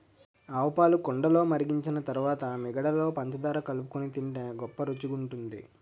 ఆవుపాలు కుండలో మరిగించిన తరువాత మీగడలో పంచదార కలుపుకొని తింటే గొప్ప రుచిగుంటది